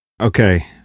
okay